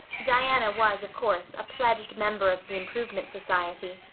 diana was, of course, a pledged member of the improvement society,